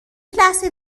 لحظه